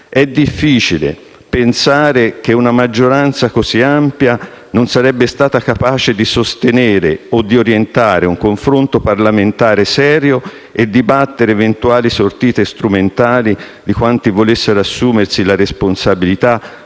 È difficile pensare che una maggioranza così ampia non sarebbe stata capace di sostenere o di orientare un confronto parlamentare serio e di battere eventuali sortite strumentali di quanti volessero assumersi la responsabilità